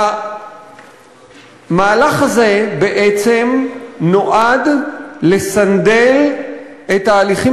המהלך הזה בעצם נועד לסנדל את ההליכים